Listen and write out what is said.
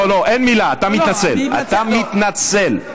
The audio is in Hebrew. מאיר, לא מתאים לך, לכן,